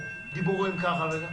דיבורים כך וכך.